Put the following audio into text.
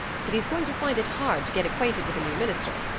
but he's going to find it hard to get acquainted with a new minister,